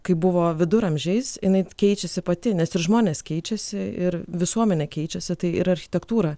kaip buvo viduramžiais jinai keičiasi pati žmonės keičiasi ir visuomenė keičiasi tai ir architektūra